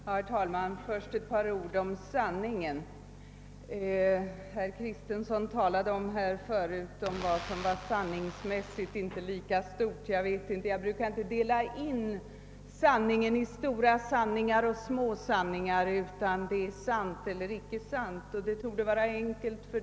Herr talman! Först ett par ord med anledning av att herr Kristenson ifrågasatte vad som var den största sanningen. Jag brukar inte dela in sanningen i stora sanningar och små sanningar; någonting är sant eller icke sant.